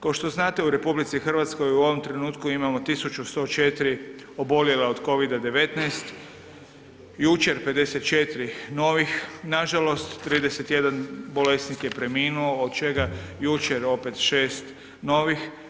Kao što znate u RH u ovom trenutku imamo 1104 oboljela od Covida-19, jučer 54 novih nažalost, 31 bolesnik je preminuo, od čega jučer opet 6 novih.